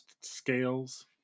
scales